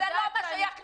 זה לא הדיון.